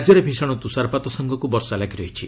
ରାଜ୍ୟରେ ଭିଷଣ ତୁଷାରପାତ ସାଙ୍ଗକୁ ବର୍ଷା ଲାଗି ରହିଛି